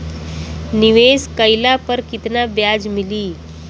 निवेश काइला पर कितना ब्याज मिली?